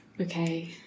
okay